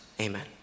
Amen